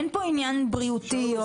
אין כאן עניין בריאותי.